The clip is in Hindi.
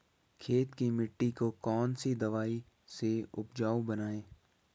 खेत की मिटी को कौन सी दवाई से उपजाऊ बनायें?